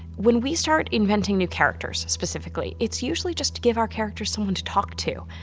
when we start inventing new characters specifically, it's usually just to give our characters someone to talk to,